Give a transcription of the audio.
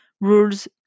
rules